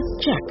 Check